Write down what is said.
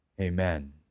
Amen